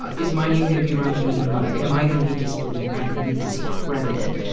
ah is my name going to be run through the mud? am i going to be disbelieved? am i going to be discredited?